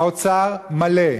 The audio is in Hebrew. האוצר מלא.